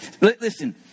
Listen